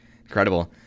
Incredible